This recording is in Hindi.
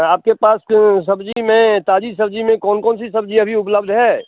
आपके पास तो सब्ज़ी में ताज़ी सब्ज़ी में कौन कौन सी सब्ज़ी अभी उपलब्ध है